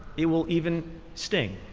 it will even sting.